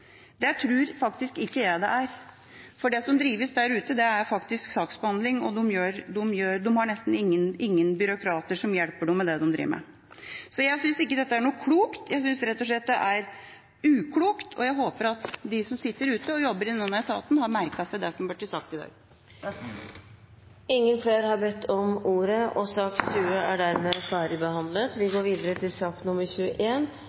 Distrikts-Norge. Det tror ikke jeg det er, for det som drives der ute, er faktisk saksbehandling, og de har nesten ingen byråkrater som hjelper dem med det de driver med. Så jeg synes ikke dette er noe klokt. Jeg synes rett og slett det er uklokt, og jeg håper at de som sitter ute og jobber i denne etaten, har merket seg det som er blitt sagt i dag. Flere har ikke bedt om ordet til sak nr. 20. Representantforslaget som justiskomiteen har hatt til behandling, tar opp en meget viktig problemstilling, og jeg er